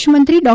વિદેશમંત્રી ડો